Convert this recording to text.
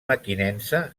mequinensa